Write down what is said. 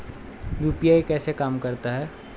UPI कैसे काम करता है?